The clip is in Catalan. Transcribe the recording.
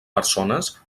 persones